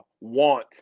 want